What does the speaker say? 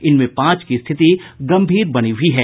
इनमें पांच की स्थिति गंभीर बनी हुई है